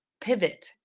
pivot